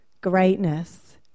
Greatness